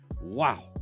Wow